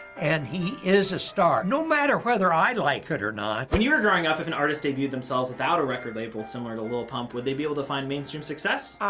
and he is a star. no matter whether i like it or not. when you were growing up, if an artist debuted themselves without a record label similar to lil pump, would they be able to find mainstream success?